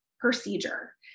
procedure